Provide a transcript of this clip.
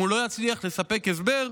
אם לא יצליח לספק הסבר,